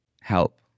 Help